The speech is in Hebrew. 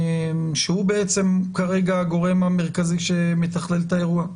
שהוא בעצם כרגע הגורם המרכזי שמתכלל את האירוע.